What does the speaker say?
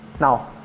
now